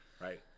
Right